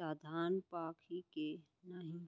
त धान पाकही के नहीं?